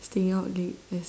staying out late as